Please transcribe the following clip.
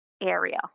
area